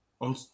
on